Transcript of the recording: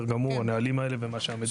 בסדר גמור הנהלים האלה ומה שהמדינה קבעה.